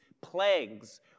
plagues